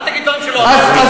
אל תגיד דברים שלא אמרתי.